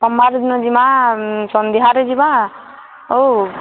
ସୋମ୍ବାର୍ ଦିନ ଯିମା ସନ୍ଧ୍ୟାରେ ଯିମା ଆଉ